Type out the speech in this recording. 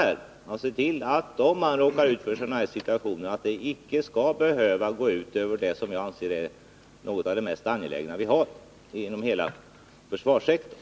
Vi måste se till att om man råkar ut för en sådan här situation så skall det icke behöva gå ut över det som jag anser vara något av det mest angelägna vi har inom hela försvarssektorn.